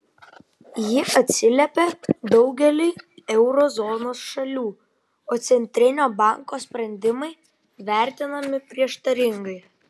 jie atsiliepia daugeliui euro zonos šalių o centrinio banko sprendimai vertinami prieštaringai